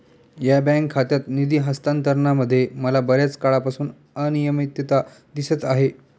या बँक खात्यात निधी हस्तांतरणामध्ये मला बर्याच काळापासून अनियमितता दिसत आहे